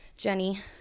Jenny